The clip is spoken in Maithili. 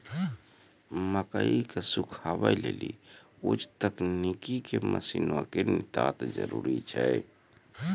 मकई के सुखावे लेली उच्च तकनीक के मसीन के नितांत जरूरी छैय?